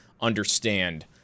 understand